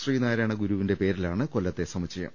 ശ്രീനാരായണഗുരുവിന്റെ പേരിലാണ് കൊല്ലത്തെ സമുച്ചയം